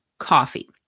coffee